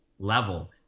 level